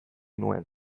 nuen